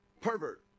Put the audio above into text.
Pervert